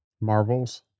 Marvels